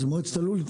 אז מועצת הלול,